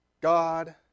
God